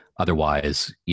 Otherwise